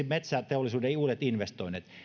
metsäteollisuuden uudet investoinnit